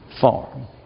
Farm